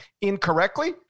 incorrectly